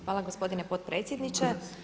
Hvala gospodine potpredsjedniče.